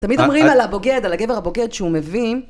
תמיד אומרים על הבוגד, על הגבר הבוגד שהוא מבין,